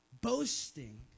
boasting